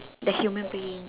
the human being